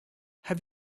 have